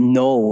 no